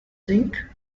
zinc